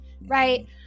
right